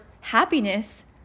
happiness